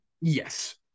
Yes